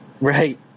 right